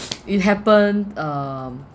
it happened um